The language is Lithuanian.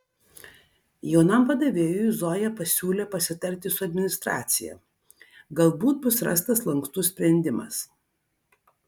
jaunam padavėjui zoja pasiūlė pasitarti su administracija galbūt bus rastas lankstus sprendimas